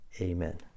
Amen